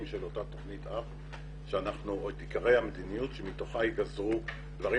של אותה תוכנית אב או את עיקרי המדיניות מתוכם ייגזרו דברים.